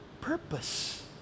purpose